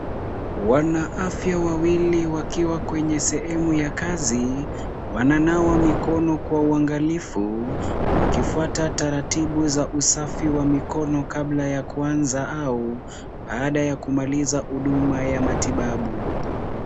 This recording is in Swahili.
Wanaafya wawili wakiwa kwenye sehemu ya kazi, wananawa mikono kwa uangalifu wakifuata taratibu za usafi wa mikono kabla ya kuanza au baada ya kumaliza huduma ya matibabu.